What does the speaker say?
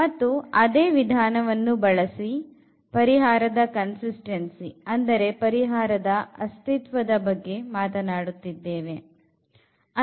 ಮತ್ತು ಅದೇ ವಿಧಾನವನ್ನು ಬಳಸಿ ಪರಿಹಾರದ ಕನ್ಸಿಸ್ಟೆನ್ಸಿ ಅಂದರೆ ಪರಿಹಾರದ ಅಸ್ತಿತ್ವ ದ ಬಗ್ಗೆ ಮಾತನಾಡುತ್ತಿದ್ದೇವೆವ